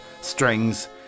strings